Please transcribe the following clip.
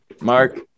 Mark